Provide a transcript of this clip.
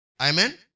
Amen